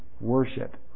worship